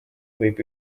võib